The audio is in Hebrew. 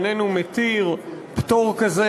איננו מתיר פטור כזה,